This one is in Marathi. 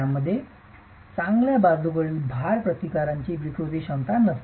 त्यामध्ये चांगल्या बाजूकडील भार प्रतिकारांची विकृती क्षमता नसते